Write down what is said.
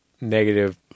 negative –